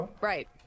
right